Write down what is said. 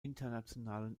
internationalen